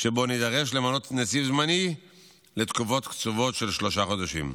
שבו נידרש למנות נציב זמני לתקופות קצובות של שלושה חודשים.